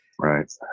right